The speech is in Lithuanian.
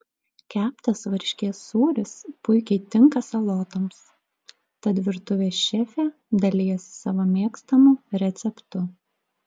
keptas varškės sūris puikiai tinka salotoms tad virtuvės šefė dalijasi savo mėgstamu receptu